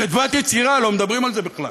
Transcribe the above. חדוות היצירה לא מדברים על זה בכלל,